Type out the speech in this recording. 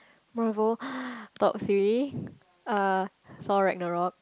Marvel top three uh Thor Ragnarok